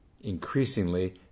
Increasingly